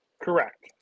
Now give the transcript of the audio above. correct